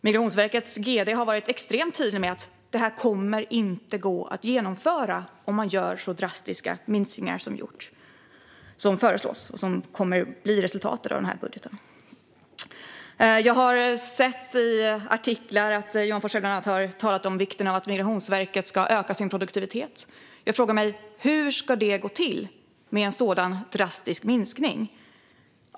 Migrationsverkets gd har varit extremt tydlig med att detta inte kommer att kunna genomföras om man gör så drastiska minskningar som ni föreslår och som blir resultatet av denna budget. Jag har i artiklar läst att Johan Forssell talat om vikten vid att Migrationsverket ökar sin produktivitet. Jag undrar hur det ska gå till med denna drastiska minskning.